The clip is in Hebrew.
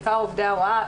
בעיקר עובדי ההוראה,